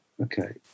Okay